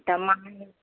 त मां